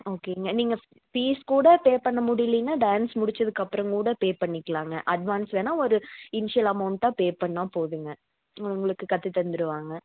ஓகேங்க நீங்கள் ஃபீஸ் கூட பே பண்ண முடியலினா டேன்ஸ் முடித்ததுக்கப்புறம் கூட பே பண்ணிக்கலாங்க அட்வான்ஸ் வேணால் ஒரு இன்ஷியல் அமௌண்ட்டாக பே பண்ணால் போதுங்க ம் உங்களுக்கு கற்று தந்துடுவாங்க